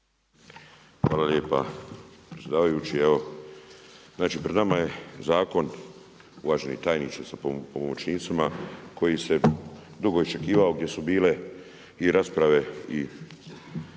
Hvala lijepa predsjedavajući. Znači pred nama je Zakon, uvaženi tajniče sa pomoćnicima, koji se dugo iščekivao gdje su bile i rasprave i